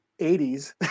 80s